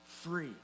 free